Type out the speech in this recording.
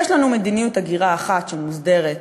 יש לנו מדיניות הגירה אחת שמוסדרת